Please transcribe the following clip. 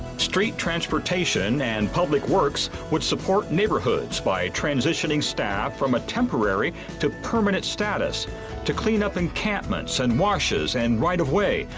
street transportation and public works would support neighborhoods by transitioning staff from a temporary to permanent status to clean up encampments and washes and right of way,